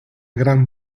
gran